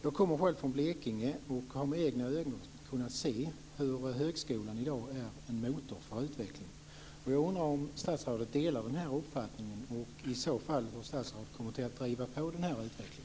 Jag kommer själv från Blekinge och har med egna ögon kunnat se hur högskolan i dag är en motor för utvecklingen. Jag undrar om statsrådet delar den här uppfattningen och i så fall om han kommer att driva på denna utveckling.